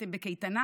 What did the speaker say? אתם בקייטנה